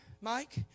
Mike